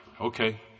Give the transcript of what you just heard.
Okay